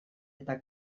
eta